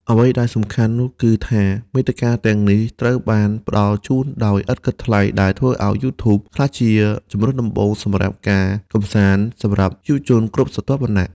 អ្វីដែលសំខាន់នោះគឺថា មាតិកាទាំងនេះត្រូវបានផ្តល់ជូនដោយឥតគិតថ្លៃ ដែលធ្វើឲ្យ YouTube ក្លាយជាជម្រើសដំបូងសម្រាប់ការកម្សាន្តសម្រាប់យុវជនគ្រប់ស្រទាប់វណ្ណៈ។